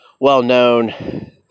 well-known